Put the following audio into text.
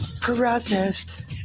processed